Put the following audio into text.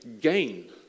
gain